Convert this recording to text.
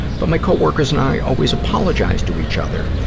but my co-workers and i always apologize to each other.